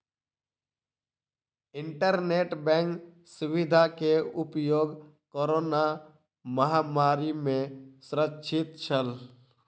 internet bank सुविधा के उपयोग कोरोना महामारी में सुरक्षित छल